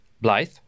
Blythe